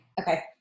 Okay